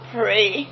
pray